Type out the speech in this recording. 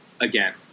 again